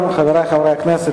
בסדר-היום, חברי חברי הכנסת.